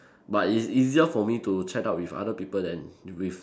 but it's easier for me to chat up with other people than with